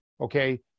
okay